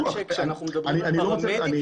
רק כשאנחנו מדברים על פרמדיקים,